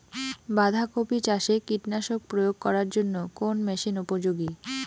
বাঁধা কপি চাষে কীটনাশক প্রয়োগ করার জন্য কোন মেশিন উপযোগী?